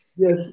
Yes